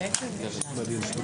הישיבה